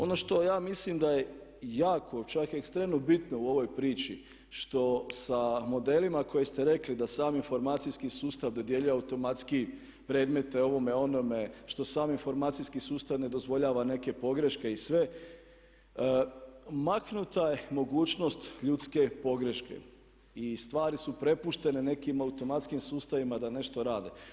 Ono što ja mislim da je jako, čak ekstremno bitno u ovoj priči što sa modelima koje ste rekli da sam informacijski sustav dodjeljuje automatski predmete, ovome, onome, što sam informacijski sustav ne dozvoljava neke pogreške i sve maknuta je mogućnost ljudske pogreške i stvari su prepuštene nekim automatskim sustavima da nešto rade.